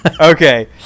okay